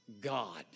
God